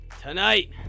Tonight